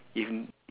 if